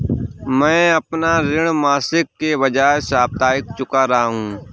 मैं अपना ऋण मासिक के बजाय साप्ताहिक चुका रहा हूँ